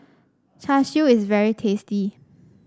Char Siu is very tasty